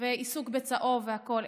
ועיסוק בצהוב והכול,